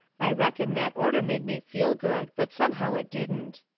i reckon that orter made me feel good, but somehow it didn't.